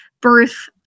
birth